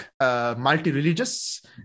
multi-religious